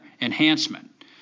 enhancement